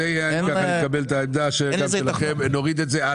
אז אני מקבל את העמדה גם שלכם, נוריד את זה.